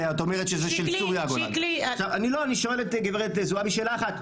ואתה אומרת שזה --- אני שואלת את גב' זועבי שאלה אחת.